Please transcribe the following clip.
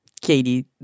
Katie